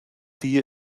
die